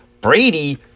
Brady